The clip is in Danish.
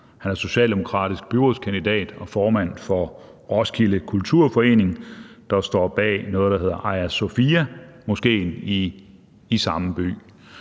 han er socialdemokratisk byrådskandidat og formand for Roskilde Kulturforening, der står bag noget, der hedder Ayasofyamoskéen i samme by.